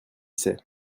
sait